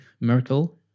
Merkel